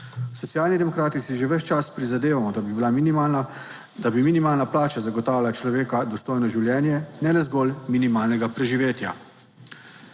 Socialni demokrati si že ves čas prizadevamo, da bi bila minimalna, da bi minimalna plača zagotavljala človeka dostojno življenje, ne zgolj minimalnega preživetja.